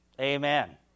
Amen